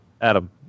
Adam